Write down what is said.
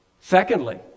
Secondly